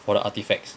for the artefacts